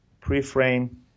pre-frame